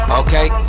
okay